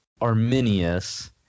Arminius